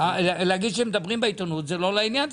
להגיד שמדברים בעיתונות זה לא לעניין,